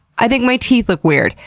i think my teeth look weird,